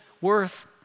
worth